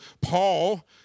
Paul